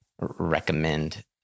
recommend